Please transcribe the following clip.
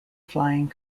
flying